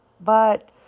But